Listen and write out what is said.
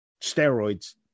steroids